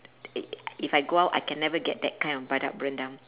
i~ if I go out I can never get that kind of badak berendam